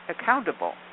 accountable